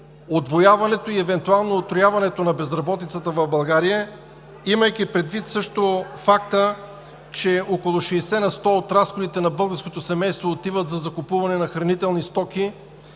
удвояването и евентуално утрояването на безработицата в България, имайки предвид също факта, че около 60 на сто от разходите на българското семейство отиват за закупуване на хранителни стоки,